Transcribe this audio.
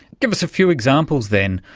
give us a few examples, then,